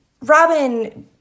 Robin